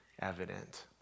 evident